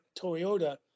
Toyota